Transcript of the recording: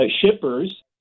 shippers